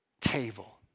table